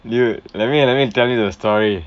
dude let me let me tell you the story